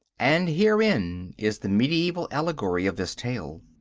and herein is the medieval allegory of this tale.